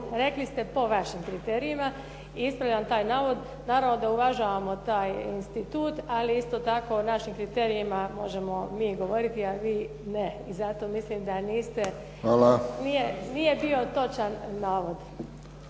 Rekli ste po vašim kriterijima i ispravljam taj navod. Naravno da uvažavamo taj institut, ali isto tako o našim kriterijima možemo mi govoriti, a vi ne i za to mislim da niste … **Friščić,